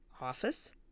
office